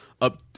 up